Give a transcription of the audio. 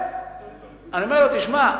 אני אומר לו: תשמע,